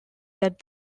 that